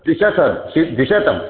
द्विशतं द्वे द्विशतं